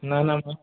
न न न